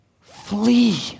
flee